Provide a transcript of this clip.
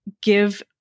give